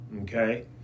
okay